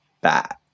bat